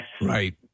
right